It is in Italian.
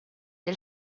del